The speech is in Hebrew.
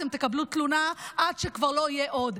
אתם תקבלו תלונה עד שכבר לא יהיה עוד.